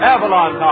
Avalon